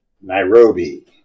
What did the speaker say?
Nairobi